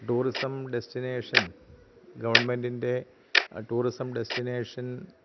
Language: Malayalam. ടൂറിസം ഡെസ്റ്റിനേഷൻ ഗവൺമെൻറ്റിൻ്റെ ടൂറിസം ഡെസ്റ്റിനേഷൻ